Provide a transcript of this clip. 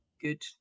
good